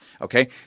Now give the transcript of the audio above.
Okay